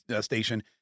station